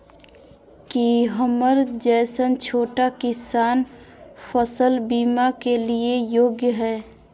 की हमर जैसन छोटा किसान फसल बीमा के लिये योग्य हय?